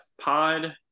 pod